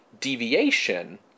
deviation